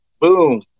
Boom